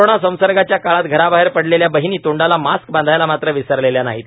corona संसर्गाच्या काळात घराबाहेर पडलेल्या बहीणी तोंडाला मास्क बांधायला मात्र विसरलेल्या नाहीत